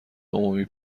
عمومی